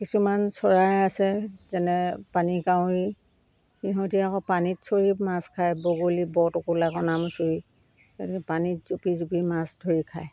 কিছুমান চৰাই আছে যেনে পানী কাউৰী সিহঁতে আকৌ পানীত চৰি মাছ খায় বগলী বৰটোকোলা কণামুচৰি পানীত জুপি জুপি মাছ ধৰি খায়